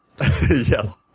Yes